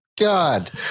God